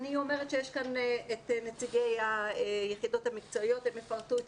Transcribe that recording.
נמצאים כאן נציגי היחידות המקצועיות והם יפרטו את